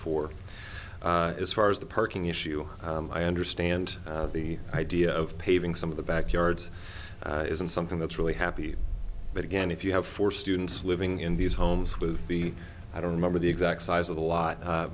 four as far as the parking issue i understand the idea of paving some of the backyards isn't something that's really happy but again if you have four students living in these homes with the i don't remember the exact size of the lot